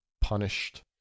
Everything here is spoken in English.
punished